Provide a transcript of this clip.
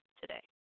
today